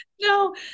No